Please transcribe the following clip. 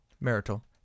Marital